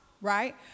right